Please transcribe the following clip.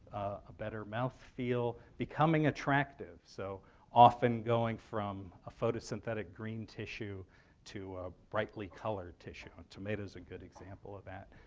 a better mouth feel, becoming attractive, so often going from a photosynthetic green tissue to brightly colored tissue. and tomato is a good example of that,